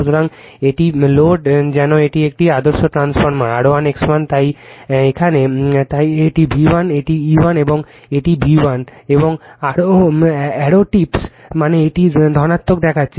সুতরাং এটি ভোল্ট যেন এটি একটি আদর্শ ট্রান্সফরমার R1 X1 এখানে তাই এটি V1 এটি কি E1 এবং এটি V1 এবং অ্যারো টিপ্স মানে এটি ধনাত্মক দেখাচ্ছে